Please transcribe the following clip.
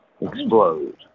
explode